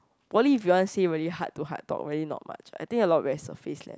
poly if you want say very heart to heart talk really not much I think a lot of very surface leh